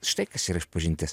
štai kas yra išpažintis